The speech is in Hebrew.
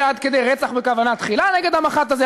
עד כדי רצח בכוונה תחילה נגד המח"ט הזה,